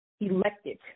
elected